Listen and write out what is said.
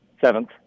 Seventh